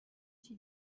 iki